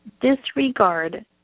disregard